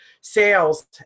sales